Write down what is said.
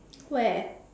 where